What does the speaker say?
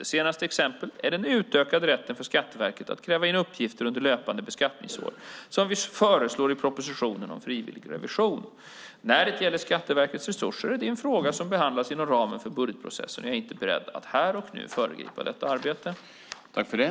Det senaste exemplet är den utökade rätten för Skatteverket att kräva in uppgifter under löpande beskattningsår, som vi föreslår i propositionen om en frivillig revision. När det gäller Skatteverkets resurser är det en fråga som ska behandlas inom ramen för budgetprocessen. Jag är inte beredd att här och nu föregripa det arbetet.